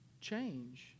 Change